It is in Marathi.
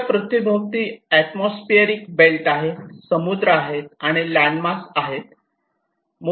आपल्या पृथ्वीभोवती आत्मोसपियर बेल्ट आहे समुद्र आहेत लँड मास आहे